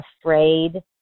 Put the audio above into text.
afraid